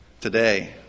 today